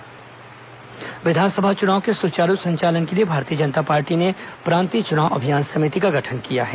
भाजपा चुनाव समिति विधानसभा चुनाव के सुचारू संचालन के लिए भारतीय जनता पार्टी ने प्रांतीय चुनाव अभियान समिति का गठन किया गया है